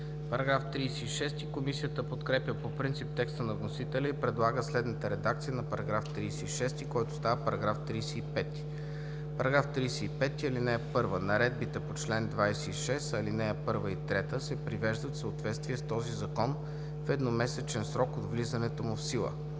ДОБРЕВ: Комисията подкрепя по принцип текста на вносителя и предлага следната редакция на § 36, който става § 35: „§ 35. (1) Наредбите по чл. 26, ал. 1 и 3 се привеждат в съответствие с този закон в едномесечен срок от влизането му в сила.